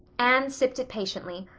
anne sipped it patiently,